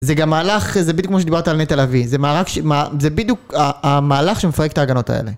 זה גם מהלך, זה בדיוק כמו שדיברת על נטע לביא. זה בדיוק המהלך שמפרק את ההגנות האלה.